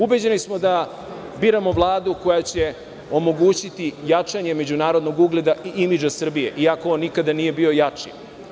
Ubeđeni smo da biramo Vladu koja će omogućiti jačanje međunarodnog ugleda i imidža Srbije, iako on nikada nije bio jači.